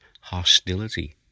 hostility